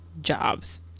jobs